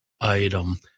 item